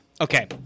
Okay